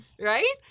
Right